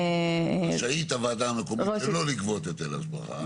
--- רשאית הוועדה המקומית שלא לגבות היטל השבחה.